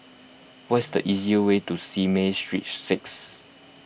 what is the easiest way to Simei Street six